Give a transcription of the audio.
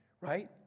right